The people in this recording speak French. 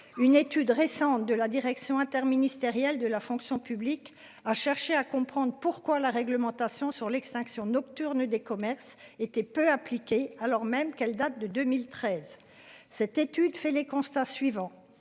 Une étude récente de la Direction interministérielle de la fonction publique a cherché à comprendre pourquoi la réglementation sur l'extinction nocturne des commerces étaient peu impliqué, alors même qu'elle date de 2013. Cette étude fait les constats suivants,